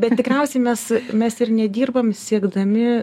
bet tikriausiai mes mes ir nedirbam siekdami